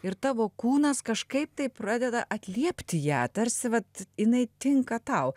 ir tavo kūnas kažkaip tai pradeda atliepti ją tarsi vat jinai tinka tau